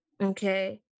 Okay